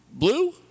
Blue